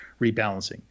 rebalancing